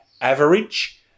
average